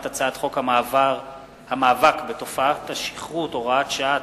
הצעת חוק המאבק בתופעת השכרות (הוראת שעה),